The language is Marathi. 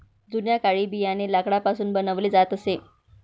जुन्या काळी बियाणे लाकडापासून बनवले जात असे